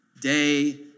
Day